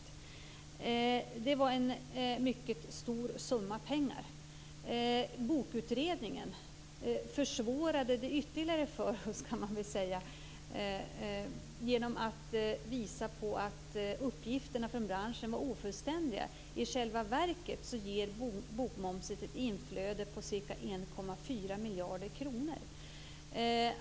Det var en mycket stor summa pengar. Bokutredningen försvårade det ytterligare för oss genom att visa att uppgifterna från branschen var ofullständiga. I själva verket ger bokmomsen ett inflöde på ca 1,4 miljarder kronor.